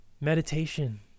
Meditation